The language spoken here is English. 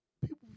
people